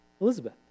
Elizabeth